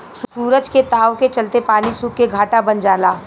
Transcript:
सूरज के ताव के चलते पानी सुख के घाटा बन जाला